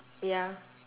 ya